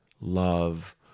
love